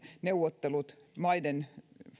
neuvottelut maiden